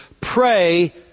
pray